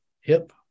hip